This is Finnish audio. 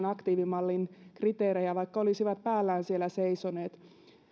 aktiivimallin kriteerejä vaikka olisivat päällään siellä seisoneet